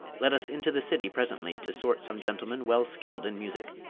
let us into the city presently to sort some gentlemen well skill'd in music.